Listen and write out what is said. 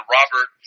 Robert